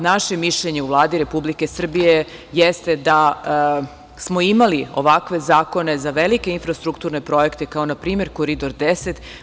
Naše mišljenje u Vladi Republike Srbije jeste da smo imali ovakve zakone za velike infrastrukturne projekte, kao na primer Koridor 10.